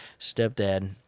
stepdad